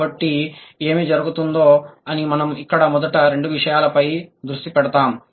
కాబట్టి ఏమి జరుగుతుందో అని మనం ఇక్కడ మొదటి రెండు విషయాలపై దృష్టి పెడదాం